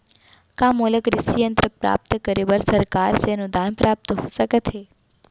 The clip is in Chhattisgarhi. का मोला कृषि यंत्र प्राप्त करे बर सरकार से अनुदान प्राप्त हो सकत हे?